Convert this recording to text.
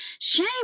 shame